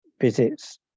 visits